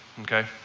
okay